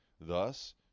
Thus